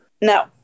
no